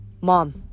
Mom